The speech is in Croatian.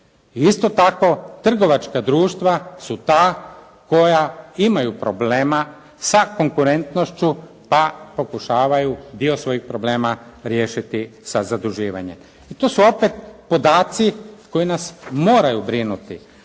isto tako trgovačka društva su ta koja imaju problema sa konkurentnošću pa pokušavaju dio svojih problema riješiti sa zaduživanjem. I tu su opet podaci koji nas moraju brinuti.